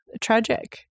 Tragic